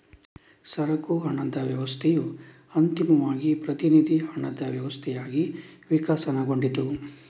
ಸರಕು ಹಣದ ವ್ಯವಸ್ಥೆಯು ಅಂತಿಮವಾಗಿ ಪ್ರತಿನಿಧಿ ಹಣದ ವ್ಯವಸ್ಥೆಯಾಗಿ ವಿಕಸನಗೊಂಡಿತು